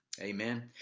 Amen